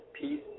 Peace